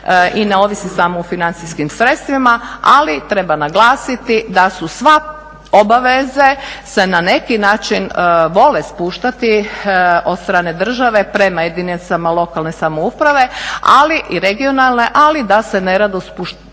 i ne ovisi samo o financijskim sredstvima, ali treba naglasiti da su sve obaveze se na neki način vole spuštati od strane države prema jedinice lokalne samouprave i regionalne, ali da se nerado spuštaju